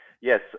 yes